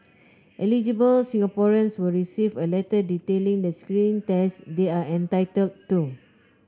eligible Singaporeans will receive a letter detailing the screening tests they are entitled to